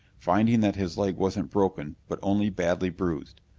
finding that his leg wasn't broken but only badly bruised.